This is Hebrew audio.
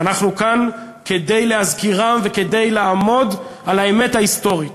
ואנחנו כאן כדי להזכירם וכדי לעמוד על האמת ההיסטורית.